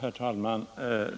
Herr talman!